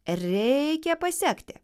reikia pasekti